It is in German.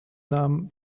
namen